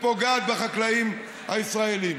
ופוגעת בחקלאים הישראלים.